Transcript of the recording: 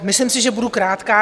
Myslím si, že budu krátká.